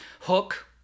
Hook